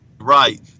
right